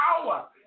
power